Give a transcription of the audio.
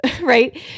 Right